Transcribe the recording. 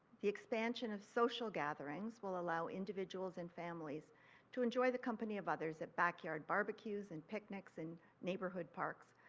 the expansion of social gatherings will allow individuals and families to enjoy the company of others at backyard barbecues and picnics and neighbourhood parks.